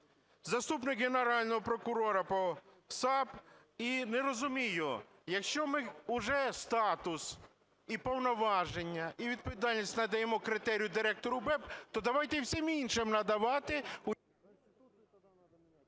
заступника Генерального прокурора по САП. І не розумію, якщо ми вже статус і повноваження, і відповідальність надаємо критерію Директору БЕБ, то давайте і всім іншим надавати...